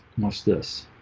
must this